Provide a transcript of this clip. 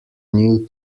new